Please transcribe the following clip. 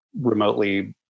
remotely